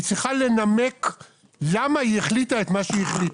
צריכה לנמק למה היא החליטה את מה שהחליטה.